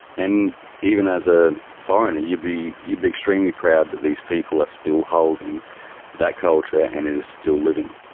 and even as a foreigner you'd be you'd be extremely proud that these people are still holding that culture and it is still living,